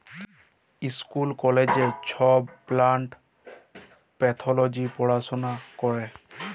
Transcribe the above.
school কলেজে ছব plant pathology পড়াশুলা ক্যরে